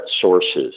sources